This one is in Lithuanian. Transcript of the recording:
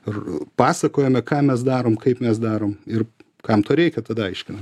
ir pasakojame ką mes darom kaip mes darom ir kam to reikia tada aiškinam